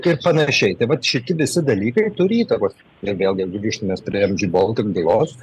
ir panašiai tai vat šiti visi dalykai turi įtakos ir vėlgi jeigu grįštume mes prie mg baltic bylos